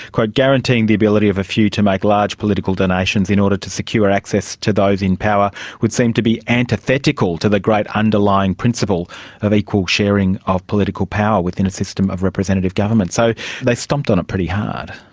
guaranteeing the ability of a few to make large political donations in order to secure access to those in power would seem to be antithetical to the great underlying principle of equal sharing of political power within a system of representative government. so they stomped on it pretty hard.